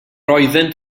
oeddynt